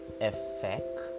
effect